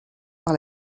par